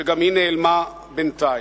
שגם היא נעלמה בינתיים.